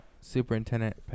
Superintendent